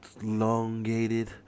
elongated